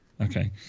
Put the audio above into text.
Okay